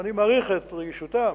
אני מעריך את רגישותם,